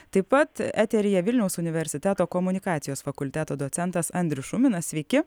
taip pat eteryje vilniaus universiteto komunikacijos fakulteto docentas andrius šuminas sveiki